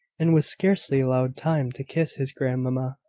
and was scarcely allowed time to kiss his grandmamma.